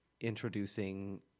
introducing